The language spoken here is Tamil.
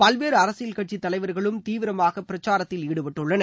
பல்வேறு அரசியல் கட்சித் தலைவர்களும் தீவிரமாக பிரச்சாரத்தில் ஈடுபட்டுள்ளனர்